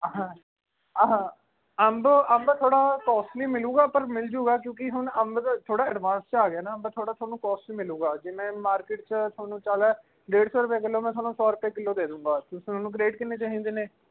ਹਾਂ ਆਹਾ ਅੰਬ ਅੰਬ ਥੋੜ੍ਹਾ ਕੌਸਟਲੀ ਮਿਲੇਗਾ ਪਰ ਮਿਲ ਜਾਏਗਾ ਕਿਉਂਕਿ ਹੁਣ ਅੰਬ ਦਾ ਥੋੜ੍ਹਾ ਐਡਵਾਂਸ 'ਚ ਆ ਗਿਆ ਨਾ ਅੰਬ ਥੋੜ੍ਹਾ ਤੁਹਾਨੂੰ ਕੌਸਟ ਮਿਲੇਗਾ ਜਿਵੇਂ ਮਾਰਕੀਟ 'ਚ ਤੁਹਾਨੂੰ ਚੱਲ ਡੇਢ ਸੌ ਰੁਪਏ ਕਿਲੋ ਮੈਂ ਤੁਹਾਨੂੰ ਸੌ ਰੁਪਏ ਕਿਲੋ ਦੇ ਦੇਵਾਂਗਾ ਤੁਹਾਨੂੰ ਕਰੇਟ ਕਿੰਨੇ ਚਾਹੀਦੇ ਨੇ